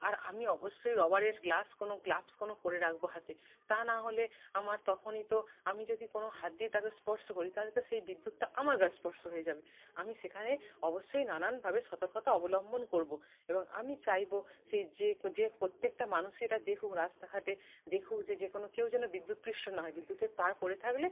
আর আমি অবশ্যই রবারের গ্লাস কোনো গ্লাভস কোনো পরে রাকবো হাতে তা নাহলে আমার তখনি তো আমি যদি কোনো হাত দিয়ে তাকে স্পর্শ করি তালে তো সেই বিদ্যুৎটা আমার গায়ে স্পর্শ হয়ে যাবে আমি সেখানে অবশ্যই নানানভাবে সতর্কতা অবলম্বন করবো এবং আমি চাইবো সেই যে যে প্রত্যেকটা মানুষেরা দেখুক রাস্তাঘাটে দেখুক যে যে কোনো কেউ যেন বিদ্যুৎ পৃষ্ট না হয় বিদ্যুতের তার পড়ে থাকলে